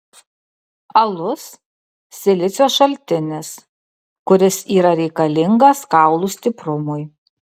alus silicio šaltinis kuris yra reikalingas kaulų stiprumui